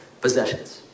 possessions